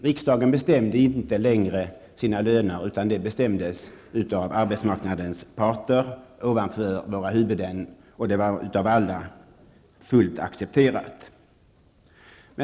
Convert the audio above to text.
Riksdagen bestämde inte längre riksdagsmännens löner, utan de bestämdes över våra huvuden av arbetsmarknadens parter. Detta accepterades helt av alla.